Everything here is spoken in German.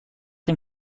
dem